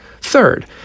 Third